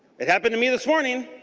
it happened to me this morning.